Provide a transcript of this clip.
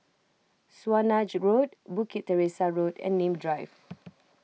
Swanage Road Bukit Teresa Road and Nim Drive